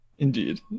indeed